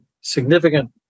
significant